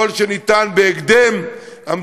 בהקדם ככל שניתן,